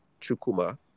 Chukuma